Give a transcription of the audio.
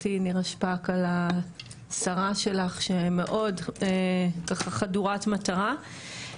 חברתי נירה שפק על השרה שלך שמאוד ככה חדורת מטרה.